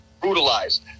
brutalized